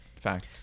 fact